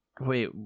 Wait